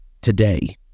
today